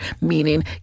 Meaning